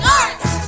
arts